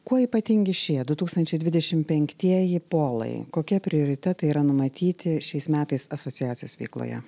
kuo ypatingi šie du tūkstančiai dvidešim penktieji polai kokie prioritetai yra numatyti šiais metais asociacijos veikloje